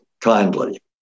kindly